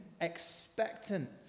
expectant